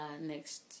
next